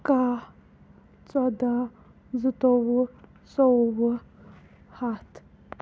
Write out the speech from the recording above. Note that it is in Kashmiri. کاہ ژۄدہ زٕتووُہ ژوٚوُہ ہَتھ